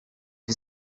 you